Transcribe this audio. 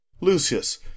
lucius